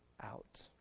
out